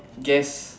guess